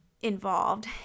involved